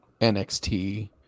NXT